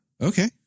Okay